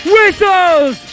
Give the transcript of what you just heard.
Whistles